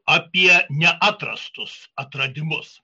apie neatrastus atradimus